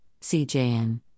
CJN